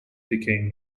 became